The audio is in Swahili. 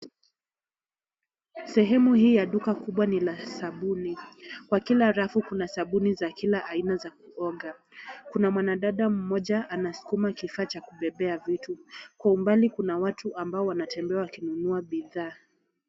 Sehemu hii ya duka kubwa ni la sabuni. Kwa kila rafu kuna sabuni ya kila aina ya kuoga. Kuna mwanadada moja anasukuma kifaa cha kubebea vitu. Kwa umbali kuna watu ambao wanatembea wakinunua bidhaa.